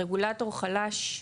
הרגולטור חלש,